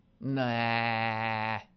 Nah